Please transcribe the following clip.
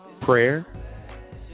Prayer